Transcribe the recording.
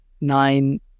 nine